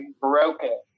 broken